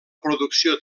producció